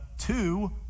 two